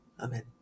Amen